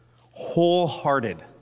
wholehearted